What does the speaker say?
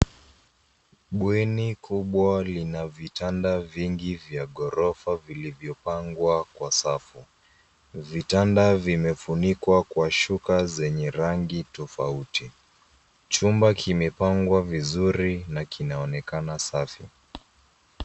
Bweni kubwa lina vitanda vingi vya ghorofa vilivyopangwa kwa safu. Vitanda vimefunikwa kwa shuka zenye rangi tofauti. Chumba kimepangwa vizuri na kinaonekana safi.